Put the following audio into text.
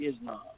Islam